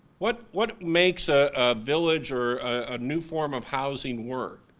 what what makes a village or a new form of housing work?